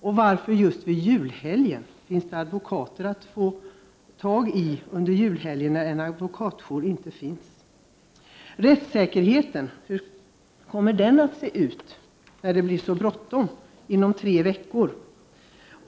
Och varför just vid julhelgen? Finns det advokater att få tag i under julhelgen, när det inte finns någon advokatjour? Rättssäkerheten — hur kommer den att se ut när det blir så bråttom? Det rör sig ju bara om tre veckor.